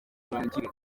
urangire